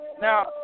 Now